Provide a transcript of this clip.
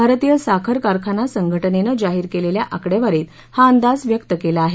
भारतीय साखर कारखाना संघटनेनं जाहीर केलेल्या आकडेवारीत हा अंदाज व्यक्त केला आहे